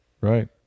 Right